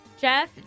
Jeff